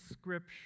Scripture